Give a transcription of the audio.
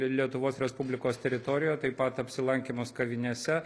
lietuvos respublikos teritorijoje taip pat apsilankymus kavinėse